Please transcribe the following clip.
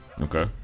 Okay